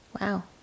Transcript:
Wow